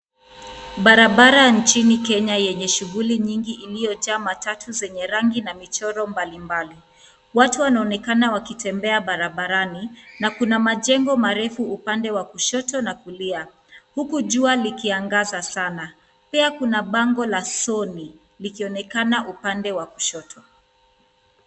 Barabara nchini Kenya yenye shughuli nyingi iliyojaa matatu zenye rangi na michoro mbalimbali. Watu wanaonekana wakitembea barabarani na kuna majengo marefu upande wa kushoto na kulia, huku jua likiangaza sana. Pia kuna bango la Sony likionekana upande wa kushoto.